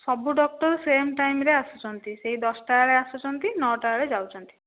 ସବୁ doctor same ଟାଇମିରେ ଆସୁଛନ୍ତି ସେହି ଦଶଟା ବେଳେ ଆସୁଛନ୍ତି ନଅଟା ବେଳେ ଯାଉଛନ୍ତି